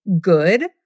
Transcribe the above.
good